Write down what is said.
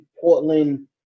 Portland